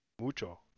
Mucho